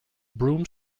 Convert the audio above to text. broom